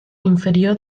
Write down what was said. inferior